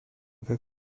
как